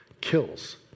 kills